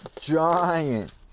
giant